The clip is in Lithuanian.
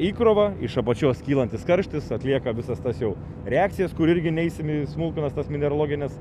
įkrovą iš apačios kylantis karštis atlieka visas tas jau reakcijas kur irgi neisim į smulkmenas tas mineralogines